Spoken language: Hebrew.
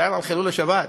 מצטער על חילול השבת,